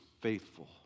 faithful